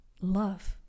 love